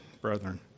brethren